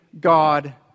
God